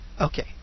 okay